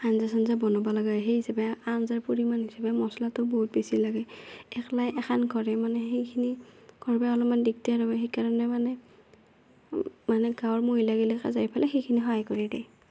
আঞ্জা চাঞ্জা বনবা লাগা হয় সেই হিচাপে আঞ্জাৰ পৰিমাণ হিচাপে মচলাটো বহুত বেছি লাগে একলাই এখন ঘৰে মানে সেইখিনি কৰবা অলপমান দিগদাৰ হয় সেইকাৰণে মানে মানে গাঁৱৰ মহিলাগিলাকে যাই পেলাই সেইখিনি সহায় কৰি দিয়ে